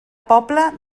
pobla